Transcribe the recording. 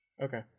Okay